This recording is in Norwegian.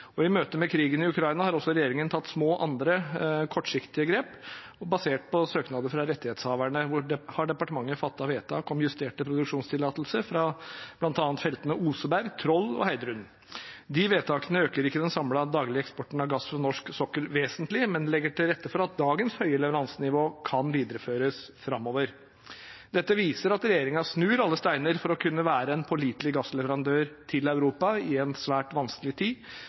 og tøy kan holde. I møte med krigen i Ukraina har også regjeringen tatt små andre kortsiktige grep, og basert på søknad fra rettighetshaverne har departementet fattet vedtak om justerte produksjonstillatelser fra bl.a. feltene Oseberg, Troll og Heidrun. De vedtakene øker ikke den samlede daglige eksporten av gass fra norsk sokkel vesentlig, men legger til rette for at dagens høye leveransenivå kan videreføres framover. Dette viser at regjeringen snur alle steiner for å kunne være en pålitelig gassleverandør til Europa i en svært vanskelig tid,